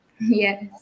Yes